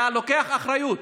היה לוקח אחריות.